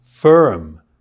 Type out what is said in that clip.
Firm